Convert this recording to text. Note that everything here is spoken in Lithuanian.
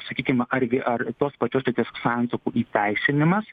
sakykime argi ar tos pačios lyties santuokų įteisinimas